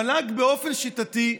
המל"ג, באופן שיטתי,